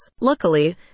Luckily